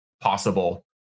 possible